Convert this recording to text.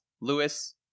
Lewis